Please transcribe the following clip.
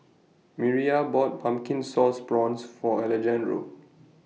Miriah bought Pumpkin Sauce Prawns For Alejandro